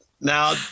Now